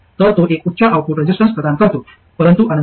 तर तो एक उच्च आउटपुट रेझिस्टन्स प्रदान करतो परंतु अनंत नाही